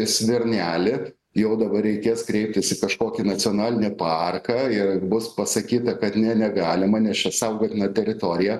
svirnelį jau dabar reikės kreiptis į kažkokį nacionalinį parką ir bus pasakyta kad ne negalima nes čia saugotina teritorija